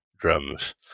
drums